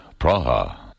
Praha